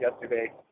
yesterday